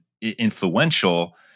influential